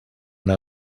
una